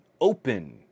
open